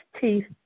teeth